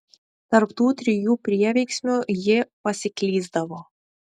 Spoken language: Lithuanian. tarp tų trijų prieveiksmių ji pasiklysdavo